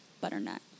butternut